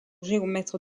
géomètre